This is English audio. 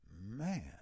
man